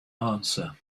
answer